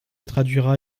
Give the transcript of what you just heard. traduira